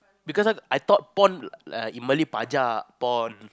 because I I thought porn like in Malay porn